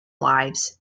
lives